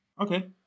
Okay